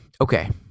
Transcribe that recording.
okay